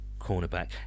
cornerback